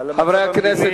על הנושא המדיני,